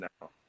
now